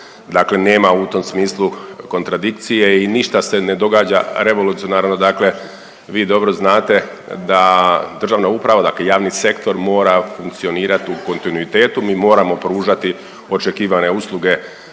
dakle nema u tom smislu kontradikcije i ništa se ne događa revolucionarno, dakle vi dobro znate da državna uprava, dakle javni sektor mora funkcionirat u kontinuitetu, mi moramo pružati očekivane usluge